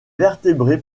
vertébrés